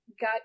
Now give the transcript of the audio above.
got